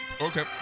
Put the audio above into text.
Okay